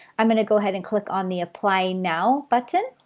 i'm going to go ahead and click on the apply now button.